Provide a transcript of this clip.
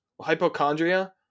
Hypochondria